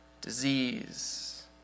disease